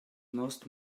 most